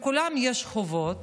לכולם יש חובות,